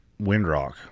Windrock